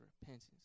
repentance